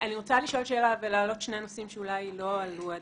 אני רוצה לשאול שאלה ולהעלות שני נושאים שאולי עדיין לא עלו.